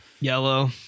Yellow